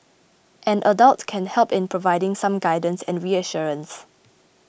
an adult can help in providing some guidance and reassurance